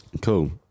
Cool